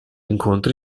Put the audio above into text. incontri